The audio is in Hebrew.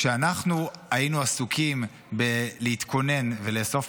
כשאנחנו היינו עסוקים בלהתכונן ולאסוף